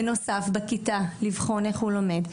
בנוסף, בכיתה לבחון איך הוא לומד.